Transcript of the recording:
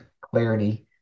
clarity